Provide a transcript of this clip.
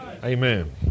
Amen